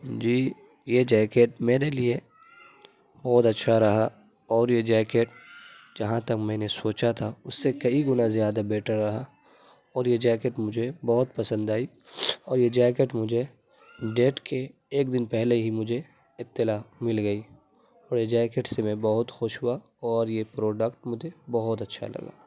جی یہ جیکٹ میرے لیے بہت اچھا رہا اور یہ جیکٹ جہاں تک میں نے سوچا تھا اس سے کئی گنا زیادہ بیٹر رہا اور یہ جیکٹ مجھے بہت پسند آئی اور یہ جیکٹ مجھے ڈیٹ کے ایک دن پہلے ہی مجھے اطلاع مل گئی اور یہ جیکٹ سے میں بہت خوش ہوا اور یہ پروڈکٹ مجھے بہت اچھا لگا